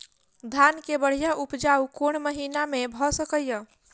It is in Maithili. धान केँ बढ़िया उपजाउ कोण महीना मे भऽ सकैय?